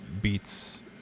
Beats